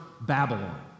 Babylon